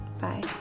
Bye